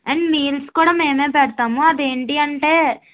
and meals కూడా మేము పెడతాము అది ఏంటి అంటే